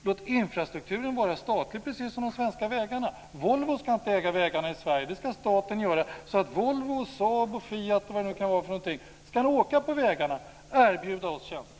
Låt infrastrukturen vara statlig, precis som i fråga om de svenska vägarna. Volvo ska inte äga vägarna i Sverige. Det ska staten göra, så att Volvo, Saab, Fiat och vad det nu kan vara kan åka på vägarna och erbjuda oss tjänster.